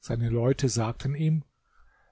seine leute sagten ihm